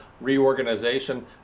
reorganization